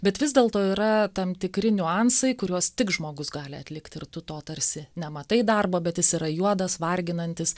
bet vis dėlto yra tam tikri niuansai kuriuos tik žmogus gali atlikt ir tu to tarsi nematai darbo bet jis yra juodas varginantis